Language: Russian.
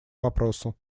вопросу